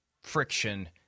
friction